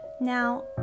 now